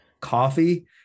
coffee